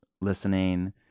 listening